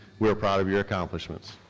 we are proud of your accomplishments.